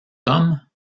sommes